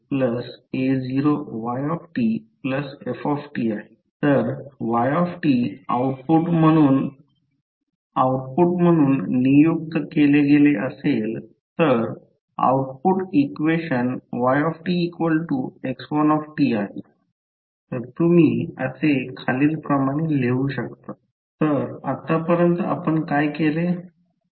तर तुम्ही असे खालील प्रणाम लिहू शकतो yty1 y2 yq CxtDu Cc11 c12 c1n c21 c22 c2n ⋮⋱ cq1 cq2 cqn Dd11 d12 d1p d21 d22 d2p ⋮⋱ dq1 dq2 dqp तर आतापर्यंत आपण काय केले